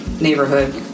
neighborhood